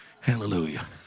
Hallelujah